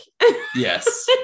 yes